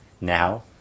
now